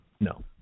No